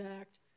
Act